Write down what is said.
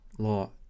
Law